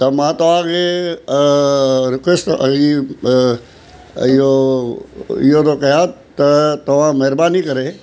त मां तव्हांखे रिक्वेस्ट थो ई इहो इहो थो कयां त तव्हां महिरबानी करे